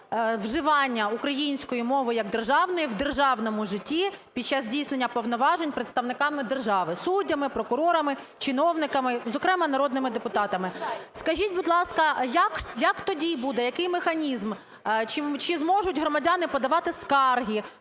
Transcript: вживання української мови як державної в державному житті під час здійснення повноважень представниками держави: суддями, прокурорами, чиновниками, зокрема, народними депутатами. Скажіть, будь ласка, як тоді буде, який механізм, чи зможуть громадяни подавати скарги,